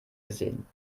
gesehen